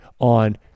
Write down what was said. on